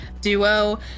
duo